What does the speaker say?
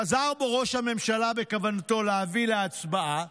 חזר בו ראש הממשלה מכוונתו להביא להצבעה